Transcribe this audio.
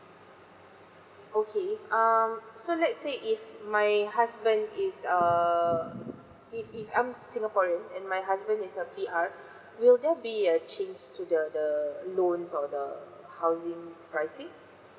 okay um so let's say if my husband is a he he aren't singaporeans and my husband is a P_R will there be a change to the the loans or the housing pricing